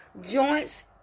joints